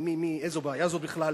איזו בעיה זו בכלל,